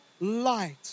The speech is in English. light